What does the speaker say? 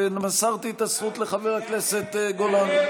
ומסרתי את הזכות לחבר הכנסת גולן,